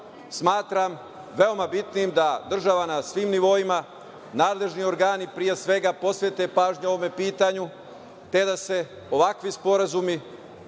smatram veoma bitnim da država na svim nivoima, nadležni organi, pre svega, posvete pažnju ovom pitanju, te da se ovakvi sporazumi,